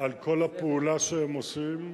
על כל הפעולה שהם עושים,